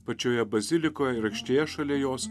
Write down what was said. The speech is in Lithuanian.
pačioje bazilikoje ir aikštėje šalia jos